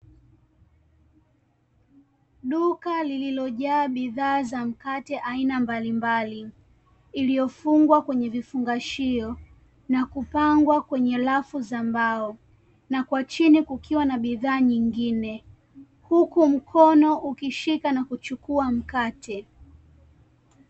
Duka lililo jaa bidhaa za mkate aina mbalimbali iliyofungwa kwenye vifungashio na kupangwa kwenye rafu za mbao, na kwa chini kukiwa na bidhaa nyingine; huku mkono ukishika na kuchukua mkate.